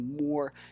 more